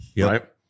right